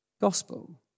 gospel